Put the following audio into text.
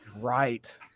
Right